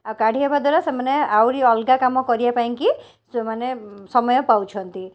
ଆଉ କାଢ଼ିହବା ଦ୍ୱାରା ସେମାନେ ଆହୁରି ଅଲଗା କାମ କରିବା ପାଇଁକି ସେମାନେ ସମୟ ପାଉଛନ୍ତି